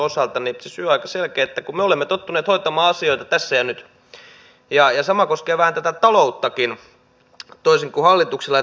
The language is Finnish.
se syy on aika selkeä että me olemme tottuneet hoitamaan asioita tässä ja nyt ja sama koskee vähän tätä talouttakin toisin kuin hallituksella